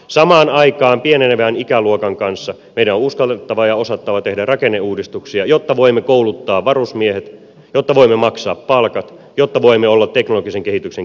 samaan aikaan pienenevän ikäluokan kanssa meidän on uskallettava ja osattava tehdä rakenneuudistuksia jotta voimme kouluttaa varusmiehet jotta voimme maksaa palkat jotta voimme olla teknologisen kehityksen kärjessä